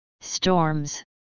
storms